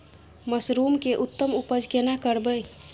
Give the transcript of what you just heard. Mushroom के उत्तम उपज केना करबै?